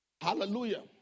Hallelujah